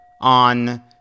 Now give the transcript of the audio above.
on